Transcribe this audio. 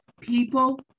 people